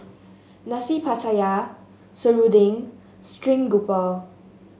Nasi Pattaya serunding and stream grouper